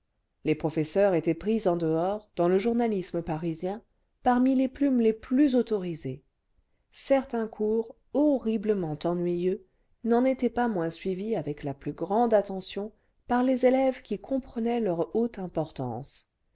les professeurs étaient pris en dehors dans le journalisme parisien parmi les plumes les plus autorisées certains cours horriblement ennuyeux n'en étaient pas moins suivis avec la plus grande attention par les élèves qui comprenaient leur haute importance